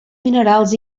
minerals